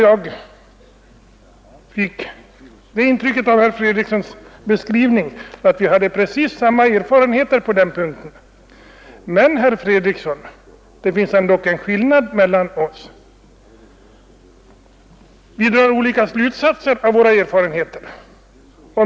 Jag fick det intrycket av herr Fredrikssons beskrivning att vi hade precis samma erfarenheter på den punkten. Men, herr Fredriksson, det finns ändock en skillnad mellan oss: vi drar olika slutsatser av våra erfarenheter.